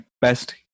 best